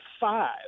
five